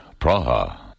Praha